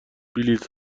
بلیط